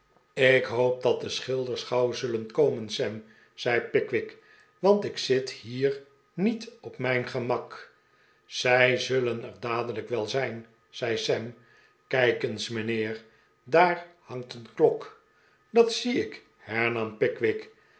ik hoop dat de schilders gauw zullen komen sam zei pickwick want ik zit hier niet op mijn gemak zij zullen er dadelijk wel zijn zei sam kijk eens mijnheer daar hangt een klok dat zie ik hernam pickwick